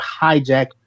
hijack